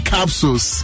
Capsules